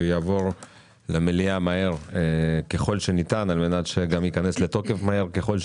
הוא יעבור למליאה מהר ככל שניתן על מנת שגם ייכנס לתוקף מהר ככל שניתן.